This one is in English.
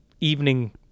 evening